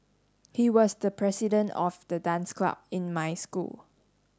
he was the president of the dance club in my school